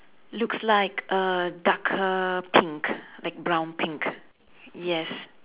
looks like a darker pink like brown pink yes